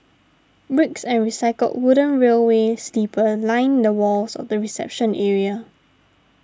bricks and recycled wooden railway sleepers line the walls of the reception area